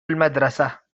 المدرسة